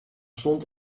stond